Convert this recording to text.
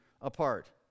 apart